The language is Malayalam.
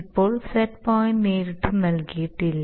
ഇപ്പോൾ സെറ്റ് പോയിന്റ് നേരിട്ട് നൽകിയിട്ടില്ല